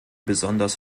besonders